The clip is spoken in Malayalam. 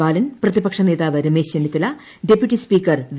ബാലൻ പ്രതിപക്ഷ നേതാവ് Ramesh Chennithala deputy speaker V